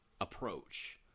approach